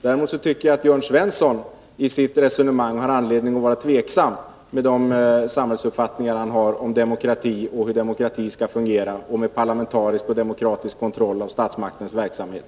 Däremot tycker jag att Jörn Svensson i sitt resonemang har anledning att vara tveksam, med tanke på den samhällsuppfattning han har, om hur demokratin skall fungera och om parlamentarisk och demokratisk kontroll av statsmaktens verksamhet.